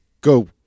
go